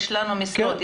יש לנו משרות,